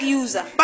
user